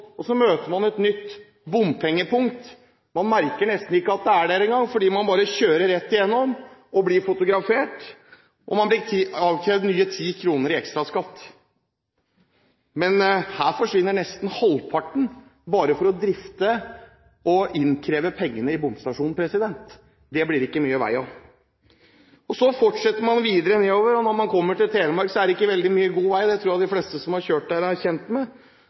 og så møter man et nytt bompengepunkt – man merker nesten ikke at det er der engang, fordi man bare kjører rett igjennom og blir fotografert, og man blir avkrevd nye 10 kr i ekstraskatt. Men her forsvinner nesten halvparten bare i å drifte og innkreve penger i bompengestasjonen. Det blir det ikke mye vei av. Så fortsetter man videre nedover, og når man kommer til Telemark, er det ikke veldig mye god vei. Det tror jeg de fleste som har kjørt der, er kjent med.